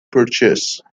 purchase